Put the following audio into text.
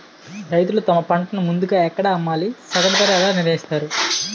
రైతులు తమ పంటను ముందుగా ఎక్కడ అమ్మాలి? సగటు ధర ఎలా నిర్ణయిస్తారు?